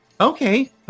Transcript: Okay